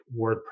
WordPress